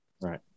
Right